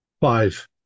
Five